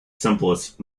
simplest